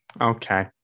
okay